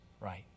right